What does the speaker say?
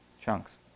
chunks